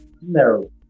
No